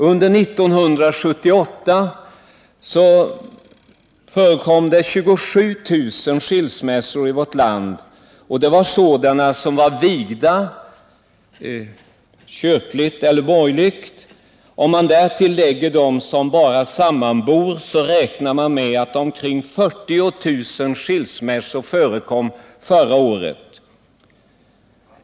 Under 1978 förekom 27 000 skilsmässor i vårt land. Det gällde sådana personer som var vigda kyrkligt eller borgerligt. Om man därtill lägger dem som bara sammanbor, räknar man med att omkring 40 000 skilsmässor förekom förra året.